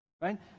Right